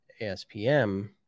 ASPM